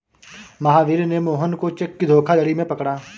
महावीर ने मोहन को चेक के धोखाधड़ी में पकड़ा